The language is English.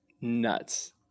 nuts